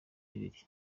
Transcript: bibiri